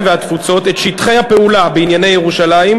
והתפוצות את שטחי הפעולה בענייני ירושלים,